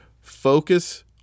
Focus